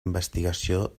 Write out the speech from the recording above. investigació